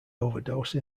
overdose